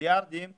מיליארדים ,